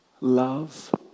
love